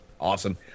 Awesome